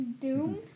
Doom